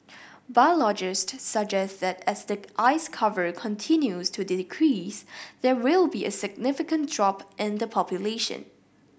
biologist suggest that as the ice cover continues to decrease there will be a significant drop in the population